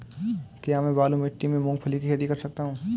क्या मैं बालू मिट्टी में मूंगफली की खेती कर सकता हूँ?